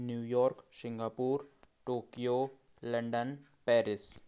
New York Singapore Tokyo London Paris